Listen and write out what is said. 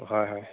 হয় হয়